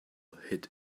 hid